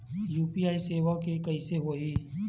UPI सेवा के कइसे होही?